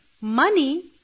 Money